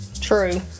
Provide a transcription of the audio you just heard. True